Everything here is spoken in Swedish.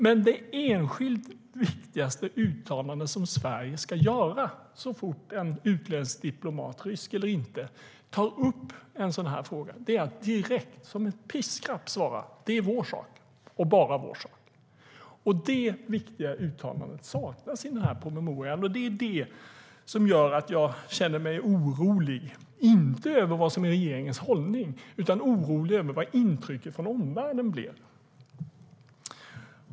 Men det enskilt viktigaste uttalande som Sverige ska göra så fort en utländsk diplomat, rysk eller inte, tar upp en sådan här fråga är att direkt - som ett piskrapp - svara: Det är vår sak och bara vår sak. Det viktiga uttalandet saknas i den här promemorian. Det är det som gör att jag känner mig orolig, inte över vad som är regeringens hållning utan över vad omvärldens intryck blir.